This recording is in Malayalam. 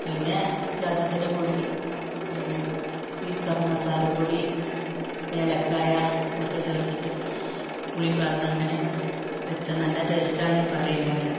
പിന്നെ ജാതിക്കൻ്റെ പൊടി പിന്നെ ഈ ഗരമസാലപ്പൊടി ഏലക്കായ അതൊക്കെ ചേർത്തിട്ട് പുളിയും പാർന്ന് അങ്ങനെ വച്ചാൽ നല്ല ടെയ്സ്റ്റ് ആണെന്ന് പറയും എല്ലാവരും